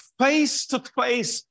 face-to-face